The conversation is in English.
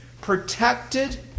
protected